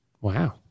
Wow